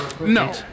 No